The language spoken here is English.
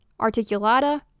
articulata